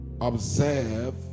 observe